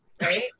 right